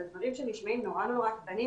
אלה דברים שנשמעים נורא נורא קטנים,